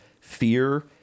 fear